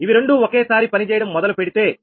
ఇవి రెండూ ఒకే సారి పని చేయడం మొదలు పెడితే